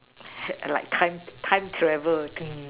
like time time travel thing